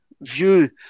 view